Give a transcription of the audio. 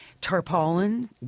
tarpaulin